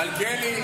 מלכיאלי,